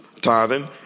tithing